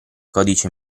codice